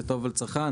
זה טוב לצרכן,